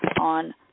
on